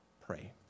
pray